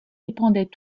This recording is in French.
dépendaient